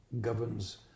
governs